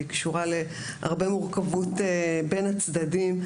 והיא קשורה להרבה מורכבות בין הצדדים,